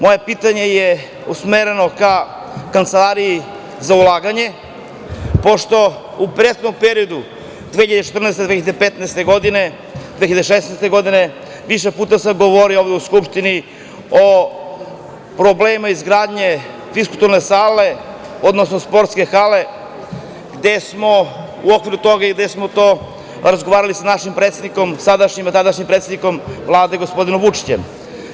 Moje pitanje je usmereno ka Kancelariji za ulaganje, pošto sam u prethodnom periodu, 2014, 2015. i 2016. godine, više puta govorio ovde u Skupštini o problemima izgradnje fiskulturne sale, odnosno sportske hale, gde smo u okviru toga razgovarali sa našim sadašnjim predsednikom, a tadašnjim predsednikom Vlade, gospodinom Vučićem.